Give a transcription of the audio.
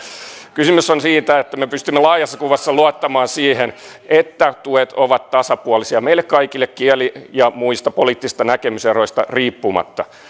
kysymys on siitä että me pystymme laajassa kuvassa luottamaan siihen että tuet ovat tasapuolisia meille kaikille kieli ja muista poliittisista näkemyseroista riippumatta